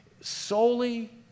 solely